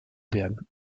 werden